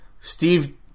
Steve